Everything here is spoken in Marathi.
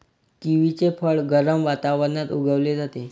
किवीचे फळ गरम वातावरणात उगवले जाते